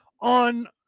On